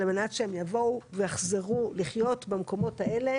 על מנת שהם יבואו ויחזרו לחיות במקומות האלה